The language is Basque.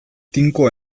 tinko